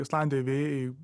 islandijoj vėjai